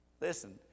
Listen